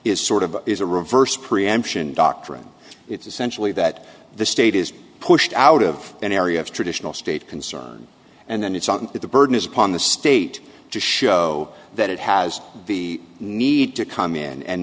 of is a reverse preemption doctrine it's essentially that the state is pushed out of an area of traditional state concern and then it's on that the burden is upon the state to show that it has the need to come in and